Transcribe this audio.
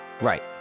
Right